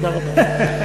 תודה רבה.